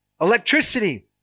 Electricity